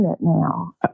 now